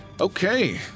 Okay